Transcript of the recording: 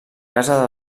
casa